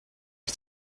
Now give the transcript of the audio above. die